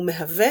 ומהווה